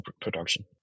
production